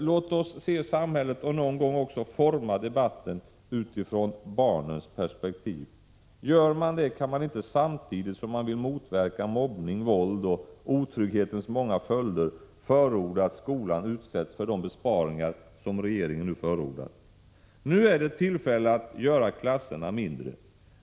Låt oss se samhället och någon gång också forma debatten utifrån barnens perspektiv. Gör man det, kan man inte samtidigt som man vill motverka mobbning, våld och otrygghetens många följder förorda att skolan utsätts för de besparingar som regeringen nu föreslår. Nu är det tillfälle att göra klasserna mindre.